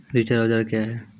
रिचर औजार क्या हैं?